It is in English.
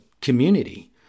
community